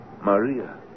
Maria